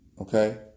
Okay